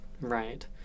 Right